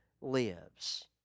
lives